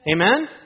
Amen